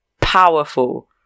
powerful